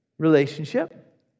Relationship